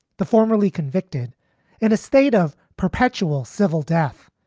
the formerly convicted in a state of perpetual civil death,